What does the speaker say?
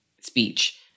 speech